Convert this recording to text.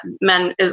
men